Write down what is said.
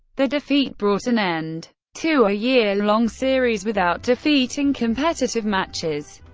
the defeat brought an end to a year-long series without defeat in competitive matches.